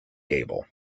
gable